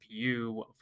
GPU